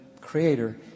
creator